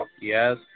Yes